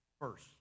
first